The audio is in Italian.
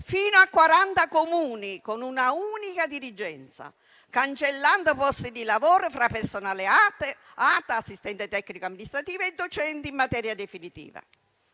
fino a 40 Comuni con una unica dirigenza, cancellando posti di lavoro fra personale ATA (assistente tecnico amministrativo) e docenti in materia definitiva.